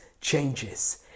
changes